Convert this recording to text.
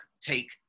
take